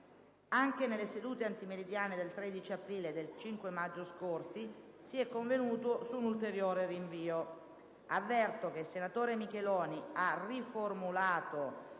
Anche nelle sedute antimeridiane del 13 aprile e del 5 maggio si è convenuto su un ulteriore rinvio. Avverto che il senatore Micheloni ha riformulato